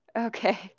okay